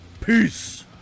Peace